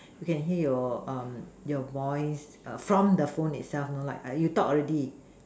you can hear your um your voice err from the phone is the afternoon you can talk already